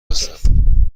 هستم